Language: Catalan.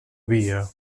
via